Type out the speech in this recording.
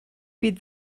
bydd